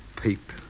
peep